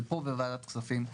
זה פה בוועדת כספים.